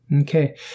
okay